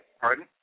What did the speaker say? Pardon